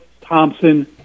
Thompson